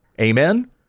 Amen